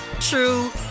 true